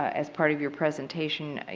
as part of your presentation.